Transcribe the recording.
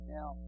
Now